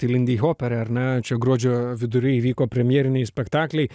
tai lindihopera ar ne čia gruodžio vidury įvyko premjeriniai spektakliai